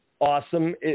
awesome